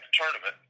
tournament